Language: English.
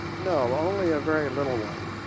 no, only a very little one,